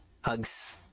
hugs